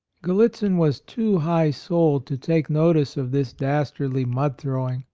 gallitzin was too high-souled to take notice of this dastardly mud throwing.